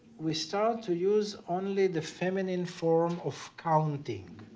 we start to use only the feminine form of counting.